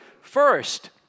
First